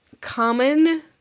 common